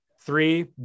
three